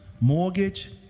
mortgage